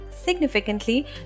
significantly